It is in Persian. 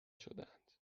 شدهاند